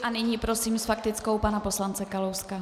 A nyní prosím s faktickou pana poslance Kalouska.